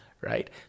right